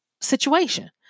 situation